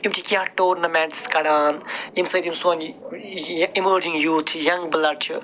یِم چھِ کیٚنٛہہ ٹورنٕمٮ۪نٛٹٕس کَڑان ییٚمہِ سۭتۍ یِم سون یہِ اِمٲرجِنٛگ یوٗتھ چھِ ینٛگ بٕلڈ چھُ